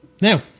now